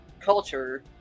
culture